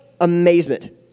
amazement